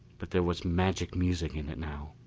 but there was magic music in it now,